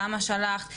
למה שלחת?